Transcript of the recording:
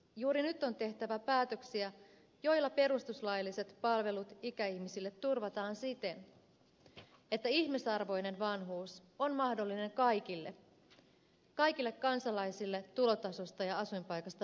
juuri nyt on tehtävä päätöksiä joilla perustuslailliset palvelut ikäihmisille turvataan siten että ihmisarvoinen vanhuus on mahdollinen kaikille kansalaisille tulotasosta ja asuinpaikasta riippumatta